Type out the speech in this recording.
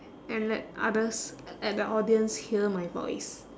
and let others let the audience hear my voice